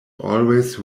always